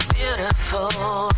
beautiful